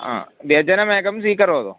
हा व्यजनमेकं स्वीकरोतु